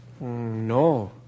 No